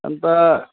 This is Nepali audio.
अन्त